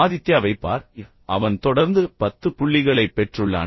ஆதித்யாவைப் பார் அவன் தொடர்ந்து 10 புள்ளிகளைப் பெற்றுள்ளான்